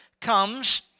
comes